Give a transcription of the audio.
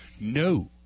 No